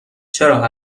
چرا